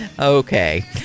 Okay